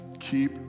Keep